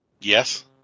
yes